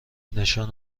نشان